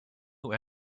who